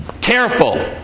careful